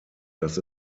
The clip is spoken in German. dass